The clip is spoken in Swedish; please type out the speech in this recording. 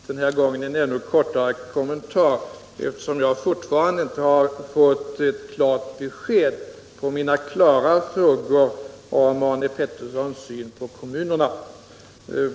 Herr talman! Den här gången skall jag göra en ännu kortare kommentar, eftersom jag ännu inte har fått något klart besked på mina klara frågor om Arne Petterssons syn på kommunerna.